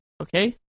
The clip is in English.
okay